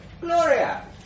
Gloria